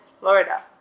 Florida